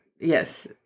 Yes